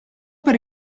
per